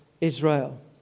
Israel